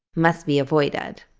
must be avoided.